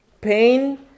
pain